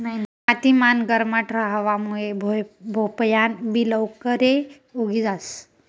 माती मान गरमाट रहावा मुये भोपयान बि लवकरे उगी जास